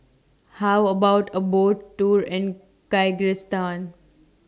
How about A Boat Tour in Kyrgyzstan